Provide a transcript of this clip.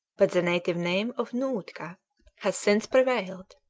but the native name of nootka has since prevailed.